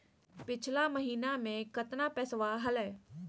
पिछला महीना मे कतना पैसवा हलय?